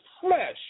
flesh